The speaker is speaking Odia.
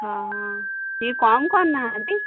ହଁ ହଁ ଟିକେ କମ୍ କରୁନାହାଁନ୍ତି